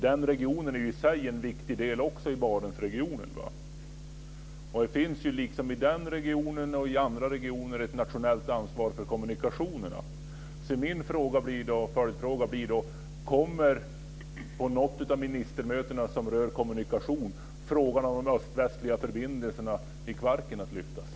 Den regionen är i sig en viktig del i Barentsregionen. Det finns i den regionen liksom i andra regioner ett nationellt ansvar för kommunikationerna. Min följdfråga blir därför: Kommer man att ta upp frågan om de öst-västliga förbindelserna över Kvarken på något av ministermötena som rör kommunikation?